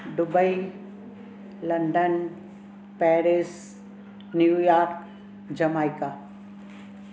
Dubai London Paris New York jamaica